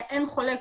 אין חולק,